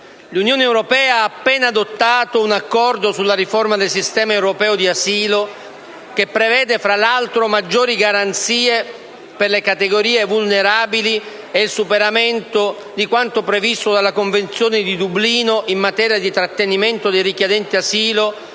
L'Unione europea ha appena adottato un accordo sulla riforma del sistema europeo di asilo che prevede, tra l'altro, maggiori garanzie per le categorie vulnerabili e il superamento di quanto previsto dalla Convenzione di Dublino in materia di trattenimento dei richiedenti asilo